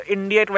India